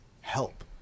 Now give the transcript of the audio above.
help